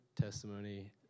testimony